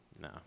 No